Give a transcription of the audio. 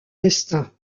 destin